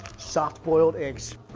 soft-boiled eggs